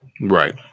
Right